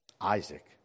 Isaac